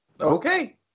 okay